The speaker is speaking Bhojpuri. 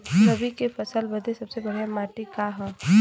रबी क फसल बदे सबसे बढ़िया माटी का ह?